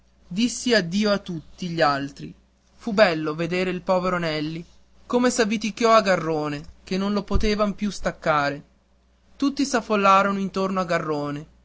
dissi addio a tutti gli altri fu bello vedere il povero nelli come s'avviticchiò a garrone che non lo potevan più staccare tutti s'affollarono intorno a garrone